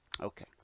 Okay